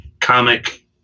comic